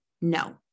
No